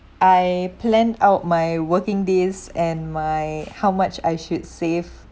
I plan out my working days and my how much I should save